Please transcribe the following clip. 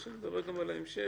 אני מדבר גם על ההמשך,